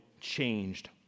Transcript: changed